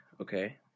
Okay